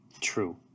True